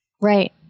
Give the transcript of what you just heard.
Right